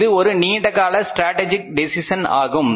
இது ஒரு நீண்டகால ஸ்ட்ராட்டஜிக் டெசிஷன் ஆகும்